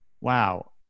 wow